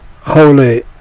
Holy